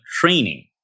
training